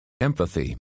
Empathy